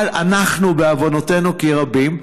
אבל אנחנו, בעוונותינו כי רבים,